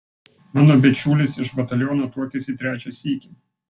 mano bičiulis iš bataliono tuokėsi trečią sykį